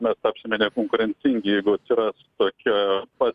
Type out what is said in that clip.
mes tapsime nekonkurencingi jeigu atsiras tokia pat